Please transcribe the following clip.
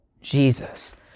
Jesus